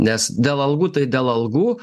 nes dėl algų tai dėl algų